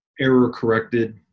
error-corrected